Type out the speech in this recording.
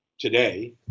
Today